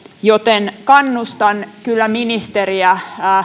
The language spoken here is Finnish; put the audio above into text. joten kannustan kyllä ministeriä